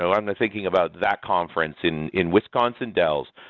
so i'm thinking about that conference in in wisconsin dells,